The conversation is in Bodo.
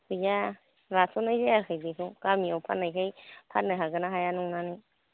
गैया लाथ'नाय जायाखै बेखौ गामियाव फाननायखाय फाननो हागोन ना हाया नंनानै